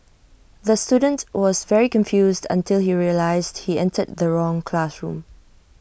the student was very confused until he realised he entered the wrong classroom